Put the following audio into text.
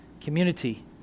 community